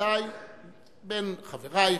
ודאי בין חברייך,